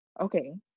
okay